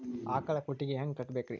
ಆಕಳ ಕೊಟ್ಟಿಗಿ ಹ್ಯಾಂಗ್ ಕಟ್ಟಬೇಕ್ರಿ?